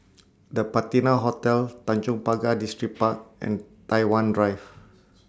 The Patina Hotel Tanjong Pagar Distripark and Tai Hwan Drive